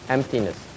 Emptiness